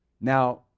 Now